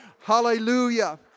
Hallelujah